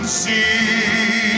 see